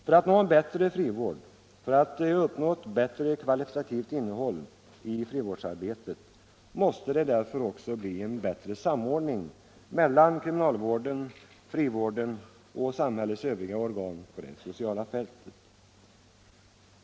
För att nå en bättre frivård, för att uppnå ett bättre kvalitativt innehåll i frivårdsarbetet måste det bli en bättre samordning mellan kriminalvården, frivården och samhällets övriga organ på det sociala fältet.